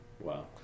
Wow